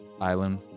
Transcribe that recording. island